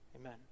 amen